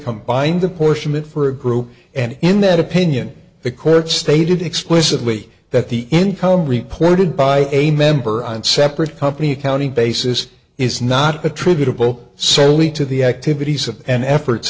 combined apportionment for a group and in that opinion the courts stated explicitly that the income reported by a member on separate company accounting basis is not attributable certainly to the activities of an effort